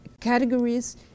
categories